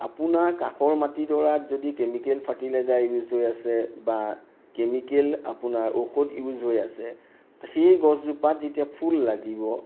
আপোনাৰ কাষৰ মাটিডৰাত যদি কেমিকেল ফাৰ্টিলাইজাৰ ইউজ হৈ আছে বা কেমিকেল আপোনাৰ ঔষধ ইউজ হৈ আছে সেই গছজোপাত যেতিয়া ফুল লাগিব